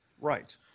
Right